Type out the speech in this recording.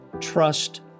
trust